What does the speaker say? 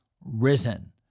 risen